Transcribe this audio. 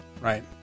right